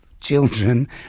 children